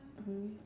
mmhmm